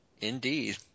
Indeed